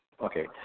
Okay